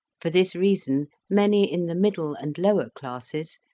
for this reason many in the middle and lower classes,